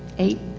eight,